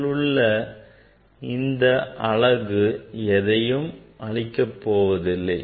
இதில் உள்ள இந்த அலகு எதையும் அளிக்கப் போவதில்லை